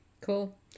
Cool